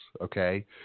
okay